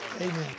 Amen